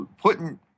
putting